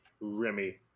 Remy